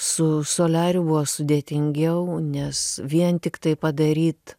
su soliariu buvo sudėtingiau nes vien tiktai padaryt